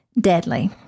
deadly